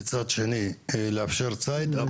מצד שני לאפשר ציד.